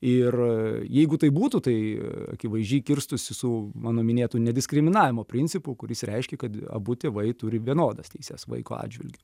ir jeigu taip būtų tai akivaizdžiai kirstųsi su mano minėtu nediskriminavimo principu kuris reiškia kad abu tėvai turi vienodas teises vaiko atžvilgiu